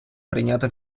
прийняти